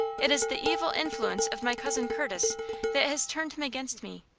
it is the evil influence of my cousin curtis that has turned him against me.